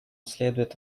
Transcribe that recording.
следует